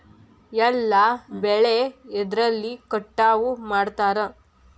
ಎಲ್ಲ ಬೆಳೆ ಎದ್ರಲೆ ಕಟಾವು ಮಾಡ್ತಾರ್?